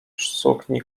sukni